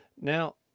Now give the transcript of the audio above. Now